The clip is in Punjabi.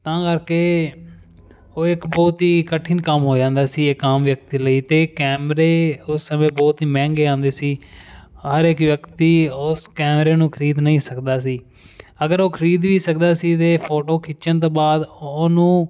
ਤਾਂ ਕਰਕੇ ਉਹ ਇਕ ਬਹੁਤ ਹੀ ਕਠਿਨ ਕੰਮ ਹੋ ਜਾਂਦਾ ਸੀ ਇੱਕ ਆਮ ਵਿਅਕਤੀ ਲਈ ਅਤੇ ਕੈਮਰੇ ਉਸ ਸਮੇਂ ਬਹੁਤ ਹੀ ਮਹਿੰਗੇ ਆਉਂਦੇ ਸੀ ਹਰ ਇੱਕ ਵਿਅਕਤੀ ਉਸ ਕੈਮਰੇ ਨੂੰ ਖਰੀਦ ਨਹੀਂ ਸਕਦਾ ਸੀ ਅਗਰ ਉਹ ਖਰੀਦ ਵੀ ਸਕਦਾ ਸੀ ਅਤੇ ਫੋਟੋ ਖਿੱਚਣ ਤੋਂ ਬਾਅਦ ਉਹਨੂੰ